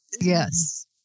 Yes